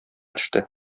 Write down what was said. төште